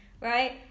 Right